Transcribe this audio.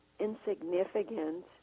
insignificant